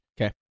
Okay